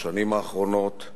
בשנים האחרונות,